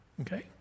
Okay